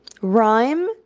rhyme